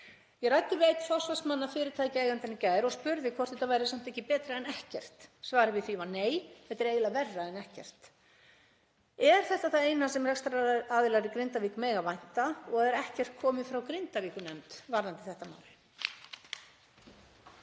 Ég ræddi við einn forsvarsmanna fyrirtækjaeigenda í gær og spurði hvort þetta væri samt ekki betra en ekkert. Svarið við því var nei, þetta er eiginlega verra en ekkert. Er þetta það eina sem rekstraraðilar í Grindavík mega vænta og er ekkert komið frá Grindavíkurnefnd varðandi þetta mál?